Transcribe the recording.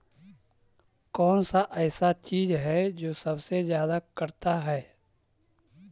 कौन सा ऐसा चीज है जो सबसे ज्यादा करता है?